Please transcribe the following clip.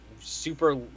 super